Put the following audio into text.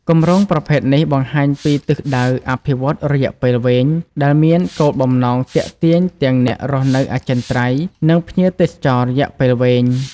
គម្រោងប្រភេទនេះបង្ហាញពីទិសដៅអភិវឌ្ឍន៍រយៈពេលវែង ដែលមានគោលបំណងទាក់ទាញទាំងអ្នករស់នៅអចិន្ត្រៃយ៍ និងភ្ញៀវទេសចររយៈពេលវែង។